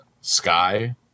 Sky